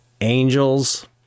angels